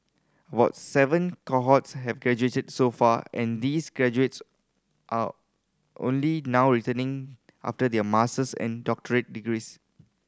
was seven cohorts have graduated so far and these graduates are only now returning after their master's and doctorate degrees